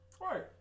Right